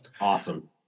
Awesome